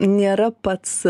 nėra pats